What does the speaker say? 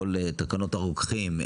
כול תקנות הרוקחים,